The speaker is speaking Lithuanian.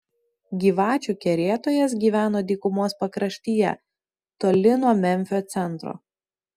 gyvačių kerėtojas gyveno dykumos pakraštyje toli nuo memfio centro